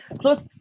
Plus